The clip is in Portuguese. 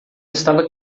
estava